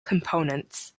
components